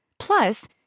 Plus